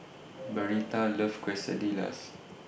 Bernita loves Quesadillas